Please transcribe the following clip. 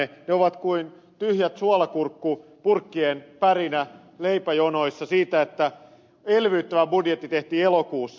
ne ovat kuin tyhjien suolakurkkupurkkien pärinä leipäjonoissa siitä että elvyttävä budjetti tehtiin elokuussa